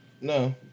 No